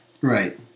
Right